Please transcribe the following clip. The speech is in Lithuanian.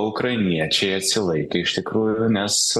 ukrainiečiai atsilaikė iš tikrųjų nes